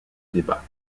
débat